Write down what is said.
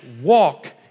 walk